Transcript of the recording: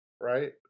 Right